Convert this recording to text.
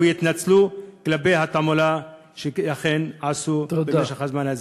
ויתנצלו על התעמולה שעשו בזמן הזה.